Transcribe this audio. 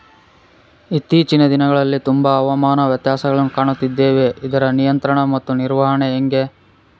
ಇತ್ತೇಚಿನ ದಿನಗಳಲ್ಲಿ ತುಂಬಾ ಹವಾಮಾನ ವ್ಯತ್ಯಾಸಗಳನ್ನು ಕಾಣುತ್ತಿದ್ದೇವೆ ಇದರ ನಿಯಂತ್ರಣ ಮತ್ತು ನಿರ್ವಹಣೆ ಹೆಂಗೆ?